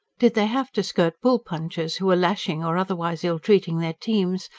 did they have to skirt bull-punchers who were lashing or otherwise ill-treating their teams,